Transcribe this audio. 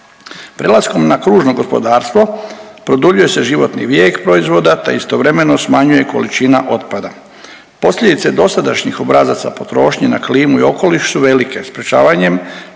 Prelaskom na kružno gospodarstvo produljuje se životni vijek proizvoda, te istovremeno smanjuje količina otpada. Posljedice dosadašnjih obrazaca potrošnje na klimu i okoliš su velike, sprečavanjem